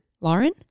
Lauren